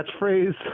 catchphrase